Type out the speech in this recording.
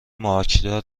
مارکدار